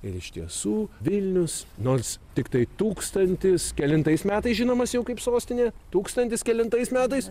ir iš tiesų vilnius nors tiktai tūkstantis kelintais metais žinomas jau kaip sostinė tūkstantis kelintais metais